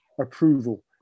approval